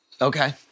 Okay